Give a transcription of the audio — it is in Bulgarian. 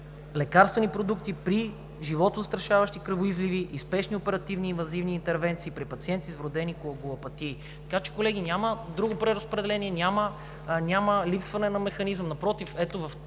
лекарствени продукти при животозастрашаващи кръвоизливи и спешни оперативни и инвазивни интервенции при пациенти с вродени коагулопатии. Така че, колеги, няма друго преразпределение, няма липсване на механизъм. Напротив, ето с